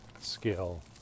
skill